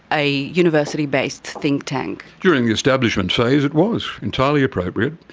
a university based think tank? during the establishment phase it was entirely appropriate.